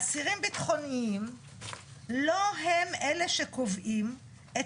אסירים ביטחוניים לא הם אלה שקובעים את